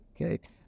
Okay